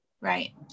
Right